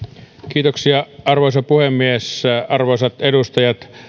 arvoisa puhemies arvoisat edustajat